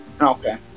Okay